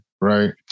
Right